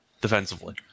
defensively